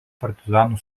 partizanų